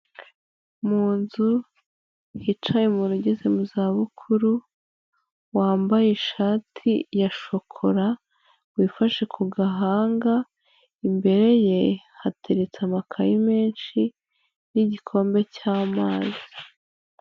Mu nzu hicaye umuntu ugeze mu zabukuru, wambaye ishati ya shokora, wifashe ku gahanga, imbere ye hateretse amakayi menshi, n'igikombe cy'amazi.